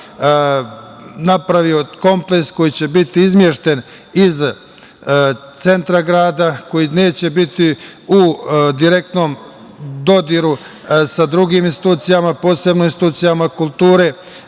napravio kompleks koji će biti izmešten iz centra grada, koji neće biti u direktnom dodiru sa drugim institucijama, posebno institucijama kulture,